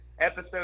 episode